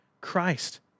Christ